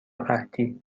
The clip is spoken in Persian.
قحطی